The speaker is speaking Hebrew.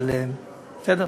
אבל בסדר.